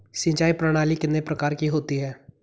सिंचाई प्रणाली कितने प्रकार की होती हैं?